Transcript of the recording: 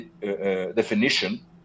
definition